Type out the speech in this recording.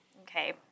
Okay